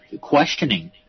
questioning